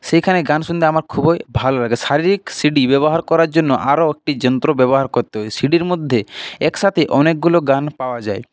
সেখানে গান শুনতে আমার খুবই ভালো লাগে শারীরিক সি ডি ব্যবহার করার জন্য আরও একটি যন্ত্র ব্যবহার করতে হয় সি ডির মধ্যে একসাথে অনেকগুলো গান পাওয়া যায়